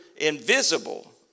invisible